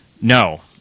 No